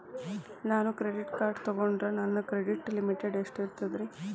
ನಾನು credit card ತೊಗೊಂಡ್ರ ನನ್ನ ಕ್ರೆಡಿಟ್ ಲಿಮಿಟ್ ಎಷ್ಟ ಇರ್ತದ್ರಿ?